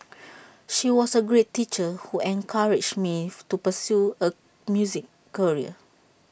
she was A great teacher who encouraged me to pursue A music career